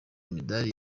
imidari